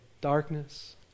darkness